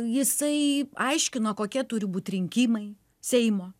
jisai aiškino kokie turi būt rinkimai seimo